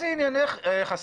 הנכס?